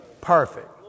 perfect